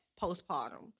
postpartum